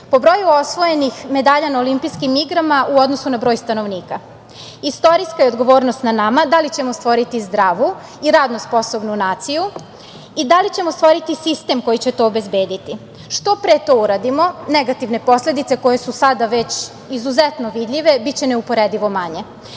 po broju osvojenih medalja na olimpijskim igrama u odnosu na broj stanovnika. Istorijska je odgovornost na nama da li ćemo stvoriti zdravu i radno sposobnu naciju i da li ćemo stvoriti sistem koji će to obezbediti. Što pre to uradimo, negativne posledice koje su sada već izuzetno vidljive biće neuporedivo manje.